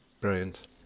Brilliant